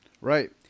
Right